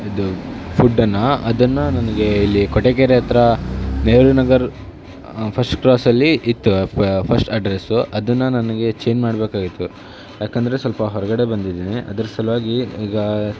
ಇದು ಫುಡ್ಡನ್ನು ಅದನ್ನು ನನಗೆ ಇಲ್ಲಿ ಕಡೆಗೆರೆ ಹತ್ತಿರ ನೆಹರು ನಗರ ಫಸ್ಟ್ ಕ್ರಾಸಲ್ಲಿ ಇತ್ತು ಆ ಫಸ್ಟ್ ಅಡ್ರೆಸ್ಸು ಅದನ್ನು ನನಗೆ ಚೇಂಜ್ ಮಾಡಬೇಕಾಗಿತ್ತು ಯಾಕಂದರೆ ಸ್ವಲ್ಪ ಹೊರಗಡೆ ಬಂದಿದ್ದೀನಿ ಅದ್ರ ಸಲುವಾಗಿ ಈಗ